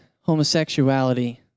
homosexuality